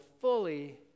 fully